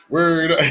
Word